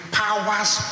powers